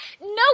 No